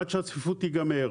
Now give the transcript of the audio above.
עד שהצפיפות תיגמר.